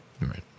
Right